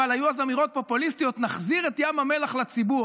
אבל היו אז אמירות פופוליסטיות: נחזיר את ים המלח לציבור.